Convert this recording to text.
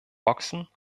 boxen